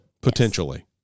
potentially